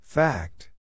Fact